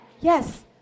Yes